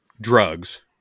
drugs